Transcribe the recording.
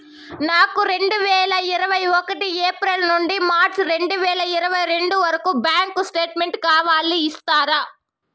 నాకు రెండు వేల ఇరవై ఒకటి ఏప్రిల్ నుండి మార్చ్ రెండు వేల ఇరవై రెండు వరకు బ్యాంకు స్టేట్మెంట్ కావాలి ఇస్తారా